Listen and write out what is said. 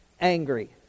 angry